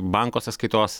banko sąskaitos